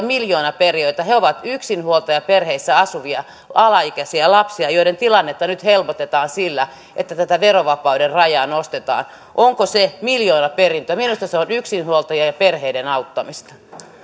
miljoonaperijöitä he ovat yksinhuoltajaperheissä asuvia alaikäisiä lapsia joiden tilannetta nyt helpotetaan sillä että tätä verovapauden rajaa nostetaan onko se miljoonaperintö minusta se on yksinhuoltajien ja perheiden auttamista